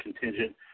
contingent